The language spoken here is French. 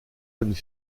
bonnes